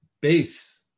base